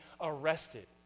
arrested